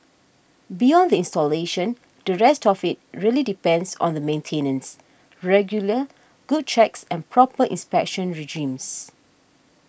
beyond the installation the rest of it really depends on the maintenance regular good checks and proper inspection regimes